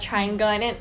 mm